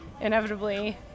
inevitably